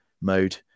mode